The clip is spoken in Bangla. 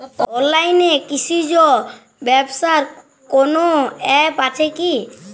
অনলাইনে কৃষিজ ব্যবসার কোন আ্যপ আছে কি?